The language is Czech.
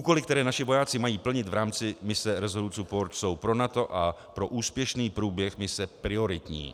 Úkoly, které naši vojáci mají plnit v rámci mise Resolute Support, jsou pro NATO a pro úspěšný průběh mise prioritní.